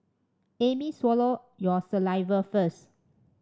amy swallow your saliva first